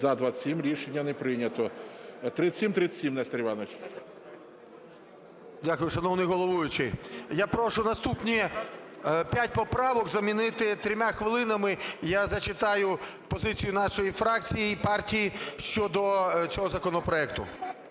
За-27 Рішення не прийнято. 3737, Нестор Іванович. 22:41:40 ШУФРИЧ Н.І. Дякую, шановний головуючий. Я прошу наступні 5 поправок замінити 3 хвилинами. Я зачитаю позицію нашої фракції і партії щодо цього законопроекту.